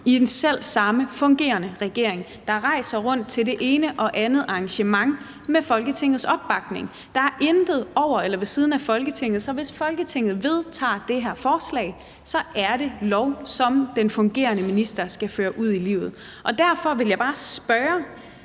i den selv samme fungerende regering, der rejser rundt til det ene og andet arrangement med Folketingets opbakning. Der er intet over eller ved siden af Folketinget, så hvis Folketinget vedtager det her forslag, er det en lov, som den fungerende minister skal føre ud i livet. Derfor vil jeg bare spørge